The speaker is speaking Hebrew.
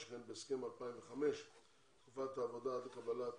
שכן בהסכם 2005 תקופת העבודה עד לקבלת